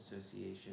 association